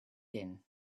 din